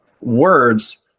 words